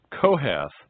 Kohath